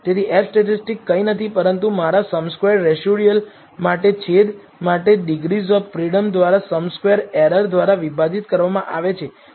તેથી F statistic કંઈ નથી પરંતુ મારા સમ સ્ક્વેર્ડ રેસિડયુઅલ માટે છેદ માટે ડિગ્રીઝ ઓફ ફ્રીડમ દ્વારા સમ સ્ક્વેર એરર દ્વારા વિભાજિત કરવામાં આવે છે